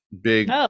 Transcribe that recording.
big